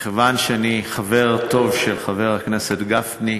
מכיוון שאני חבר טוב של חבר הכנסת גפני,